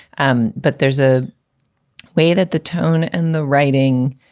and but there's a way that the tone and the writing